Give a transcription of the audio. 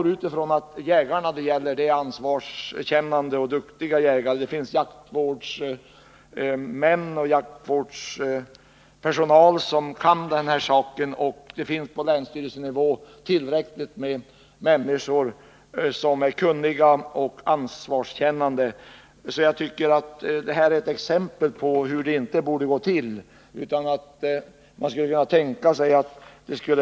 Jag utgår ifrån att de jägare det här gäller är ansvarskännande och duktiga jägare — det finns jaktvårdspersonal som kan den här saken, och det finns på länsstyrelsenivå tillräckligt med människor som är kunniga och ansvarskännande. Jag tycker att det här är ett exempel på hur det inte borde gå till. Det skulle kunna handläggas på ett annat sätt.